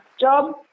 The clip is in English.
job